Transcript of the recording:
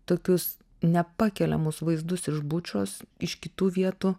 tokius nepakeliamus vaizdus iš bučos iš kitų vietų